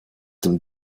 dem